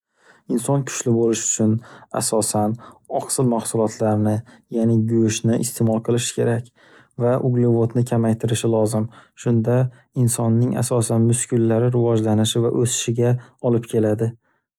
Inson kuchli bo'lish uchun asosan oqsil mahsulotlarni, yaʼni go'shtni isteʼmol qilishi kerak va uglevodni kamaytirishi lozim, shunda insonning asosan muskullari rivojlanishi va o'sishiga olib keladi.